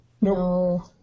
No